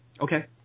Okay